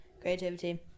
creativity